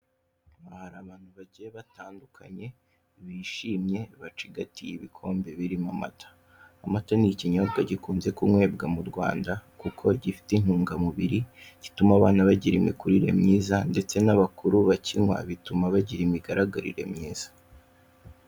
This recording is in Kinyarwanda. Aha hari abantu bagiye batandukanye bishimye bacigatiye ibikombe birimo amata, amata ni ikinyobwa gikunze kunywebwa mu Rwanda kuko gifite intungamubiri zituma abana bagira imikurire myiza ndetse n'abakuru bakinywa bituma bagira imigararire myiza.